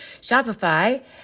Shopify